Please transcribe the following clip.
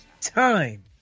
Time